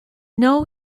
know